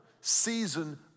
season